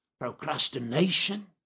procrastination